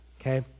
okay